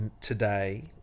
today